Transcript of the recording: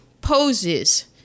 poses